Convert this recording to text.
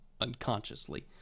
unconsciously